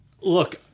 look